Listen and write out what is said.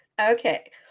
Okay